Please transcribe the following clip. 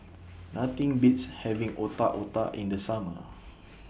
Nothing Beats having Otak Otak in The Summer